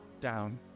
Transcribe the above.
Down